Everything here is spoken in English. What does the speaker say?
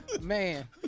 man